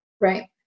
right